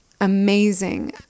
amazing